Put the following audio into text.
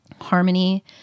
harmony